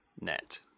net